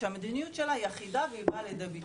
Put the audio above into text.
שהמדיניות שלה היא אחידה והיא באה לידי ביטוי.